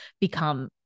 become